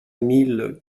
mille